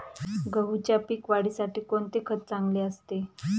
गहूच्या पीक वाढीसाठी कोणते खत चांगले असते?